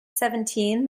seventeen